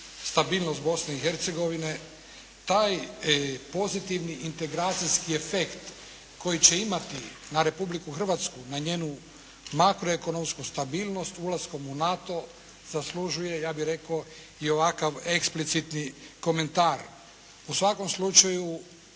Hercegovine. Taj pozitivni integracijski efekt koji će imati na Republiku Hrvatsku, na njenu makroekonomsku stabilnost, ulaskom u NATO, zaslužuje, ja bih rekao i ovakav eksplicitni komentar. U svakom slučaju,